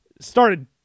started –